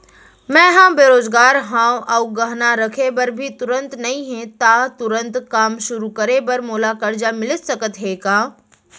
मैं ह बेरोजगार हव अऊ गहना रखे बर भी तुरंत नई हे ता तुरंत काम शुरू करे बर मोला करजा मिलिस सकत हे का?